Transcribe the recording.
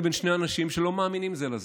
בין שני אנשים שלא מאמינים זה לזה.